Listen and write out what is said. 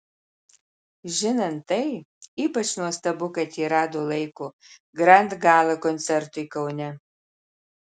žinant tai ypač nuostabu kad ji rado laiko grand gala koncertui kaune